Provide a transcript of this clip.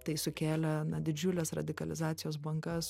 tai sukėlė na didžiules radikalizacijos bangas